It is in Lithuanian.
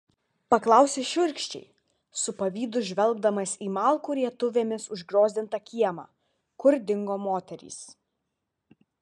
paklausė šiurkščiai su pavydu žvelgdamas į malkų rietuvėmis užgrioztą kiemą kur dingo moterys